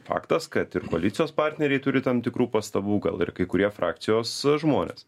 faktas kad ir koalicijos partneriai turi tam tikrų pastabų gal ir kai kurie frakcijos žmonės